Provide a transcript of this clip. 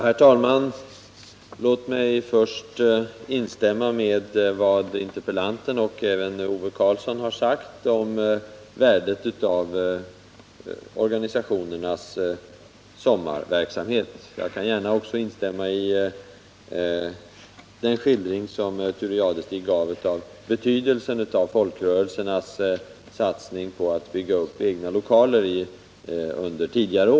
Herr talman! Låt mig först instämma i vad interpellanten och även Ove Karlsson har sagt om värdet av organisationernas sommarverksamhet. Jag kan också instämma i den skildring som Thure Jadestig gav av betydelsen av folkrörelsernas satsning under tidigare år på att bygga egna lokaler.